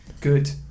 good